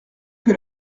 que